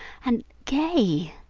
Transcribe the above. and gay.